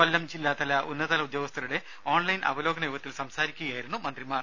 കൊല്ലം ജില്ലാതല ഉന്നതതല ഉദ്യോഗസ്ഥരുടെ ഓൺലൈൻ അവലോകന യോഗത്തിൽ സംസാരിക്കുകയായിരുന്നു മന്ത്രിമാർ